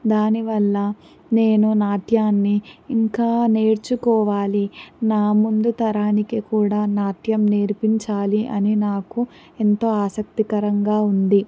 దానివల్ల నేను నాట్యాన్ని ఇంకా నేర్చుకోవాలి నా ముందు తరానికే కూడా నాట్యం నేర్పించాలి అని నాకు ఎంతో ఆసక్తికరంగా ఉంది